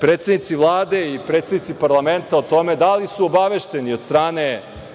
predsednici Vlade i predsednici parlamenta o tome da li su obavešteni od strane